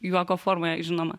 juoko formoje žinoma